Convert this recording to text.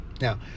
Now